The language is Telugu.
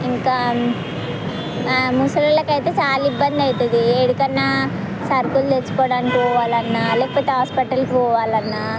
ఇంకా ముసలి వాళ్ళకైతే చాలా ఇబ్బంది అవుతుంది ఏడికన్నా సరుకులు తెచ్చుకోవడానికి పోవాలన్నా లేకపోతే హాస్పిటల్కి పోవాలన్నా